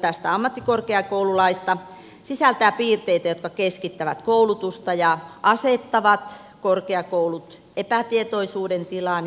tästä ammattikorkeakoululaista sisältää piirteitä jotka keskittävät koulutusta ja asettavat korkeakoulut epätietoisuuden tilaan ja eriarvoiseen asemaan keskenään